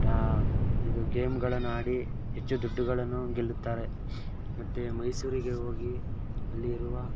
ಇದು ಗೇಮುಗಳನ್ನು ಆಡಿ ಹೆಚ್ಚು ದುಡ್ಡುಗಳನ್ನು ಗೆಲ್ಲುತ್ತಾರೆ ಮತ್ತು ಮೈಸೂರಿಗೆ ಹೋಗಿ ಅಲ್ಲಿರುವ